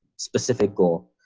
specific goal.